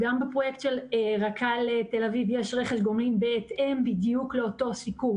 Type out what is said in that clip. גם בפרויקט של רק"ל תל אביב יש רכש גומלין בהתאם בדיוק לאותו סיכום.